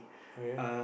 okay